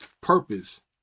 purpose